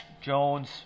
Jones